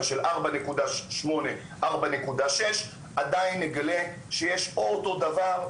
של 4.8 ו-4.6 עדיין נגלה שיש או אותו דבר,